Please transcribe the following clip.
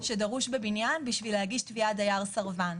שדרוש בבניין כדי להגיש תביעת "דייר סרבן".